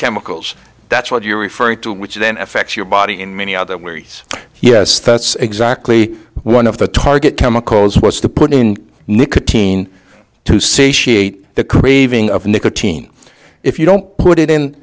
chemicals that's what you're referring to which then affects your body in many other where he's yes that's exactly one of the target chemicals was to put in nicotine to satiate the craving of nicotine if you don't put it in